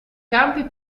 campi